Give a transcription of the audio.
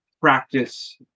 practice